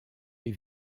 les